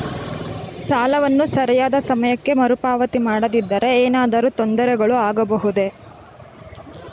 ಸಾಲವನ್ನು ಸರಿಯಾದ ಸಮಯಕ್ಕೆ ಮರುಪಾವತಿ ಮಾಡದಿದ್ದರೆ ಏನಾದರೂ ತೊಂದರೆಗಳು ಆಗಬಹುದೇ?